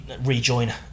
rejoin